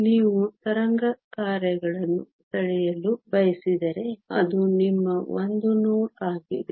ನೀವು ತರಂಗ ಕಾರ್ಯಗಳನ್ನು ಸೆಳೆಯಲು ಬಯಸಿದರೆ ಅದು ನಿಮ್ಮ 1 ನೋಡ್ ಆಗಿದೆ